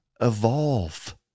Evolve